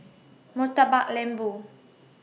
Murtabak Lembu